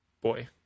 boy